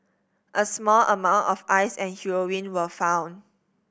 a small amount of Ice and heroin were found